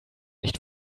nicht